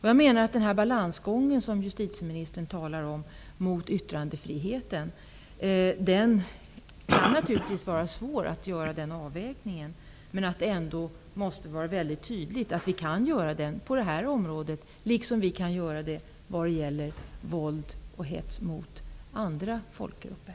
Jag menar att den balansgång som justitieministern talar om gentemot yttrandefriheten naturligtvis kan vara svår att gå. Men det måste ändå vara väldigt tydligt att vi kan göra det på det här området -- liksom vi kan vad gäller våld och hets mot andra folkgrupper.